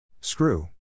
Screw